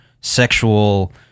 sexual